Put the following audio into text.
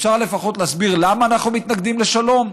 אפשר לפחות להסביר למה אנחנו מתנגדים לשלום,